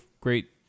great